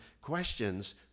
questions